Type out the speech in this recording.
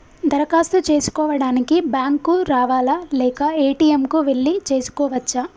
దరఖాస్తు చేసుకోవడానికి బ్యాంక్ కు రావాలా లేక ఏ.టి.ఎమ్ కు వెళ్లి చేసుకోవచ్చా?